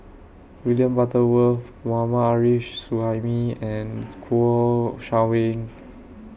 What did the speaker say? William Butterworth Mohammad Arif Suhaimi and Kouo Shang Wei